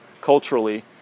culturally